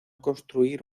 construir